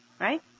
Right